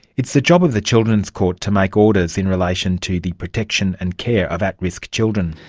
it's the job of the children's court to make orders in relation to the protection and care of at risk children.